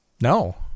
no